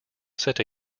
set